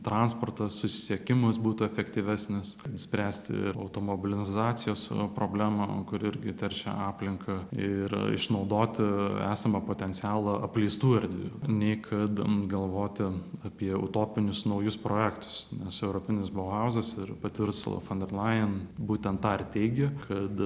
transportas susisiekimas būtų efektyvesnis spręsti ir automobilizacijos problemą kur irgi teršia aplinką ir išnaudoti esamą potencialą apleistų erdvių nei kad galvoti apie utopinius naujus projektus nes europinis bohauzas ir pati ursula fon der lain būtent tą ir teigė kad